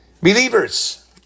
Believers